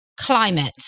climate